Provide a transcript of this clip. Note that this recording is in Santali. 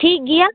ᱴᱷᱤᱠ ᱜᱮᱭᱟ